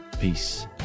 peace